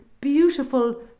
beautiful